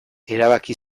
erabaki